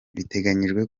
biteganyijwe